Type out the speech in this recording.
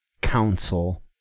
council